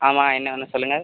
ஆமாம் என்ன வேணும் சொல்லுங்கள்